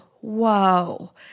whoa